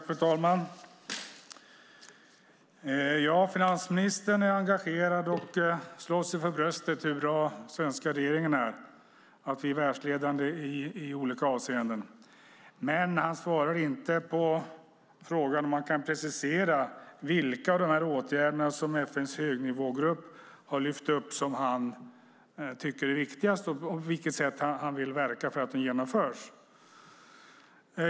Fru talman! Finansministern är engagerad och slår sig för bröstet över hur bra den svenska regeringen är och att vi är världsledande i olika avseenden. Men han svarar inte på frågan om han kan precisera vilka av de åtgärder som FN:s högnivågrupp har lyft upp som han tycker är viktigast och på vilket sätt han vill verka för att de genomförs.